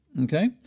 Okay